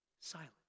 silent